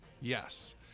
Yes